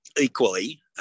equally